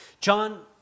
John